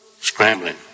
scrambling